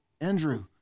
Andrew